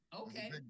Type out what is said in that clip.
Okay